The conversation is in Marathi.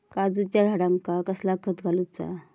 काजूच्या झाडांका कसला खत घालूचा?